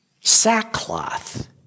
sackcloth